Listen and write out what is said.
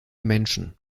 menschen